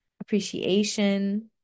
appreciation